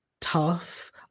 tough